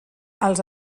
els